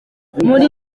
muri